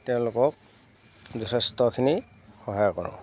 তেওঁলোকক যথেষ্টখিনি সহায় কৰোঁ